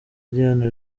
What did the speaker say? diane